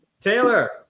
Taylor